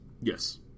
Yes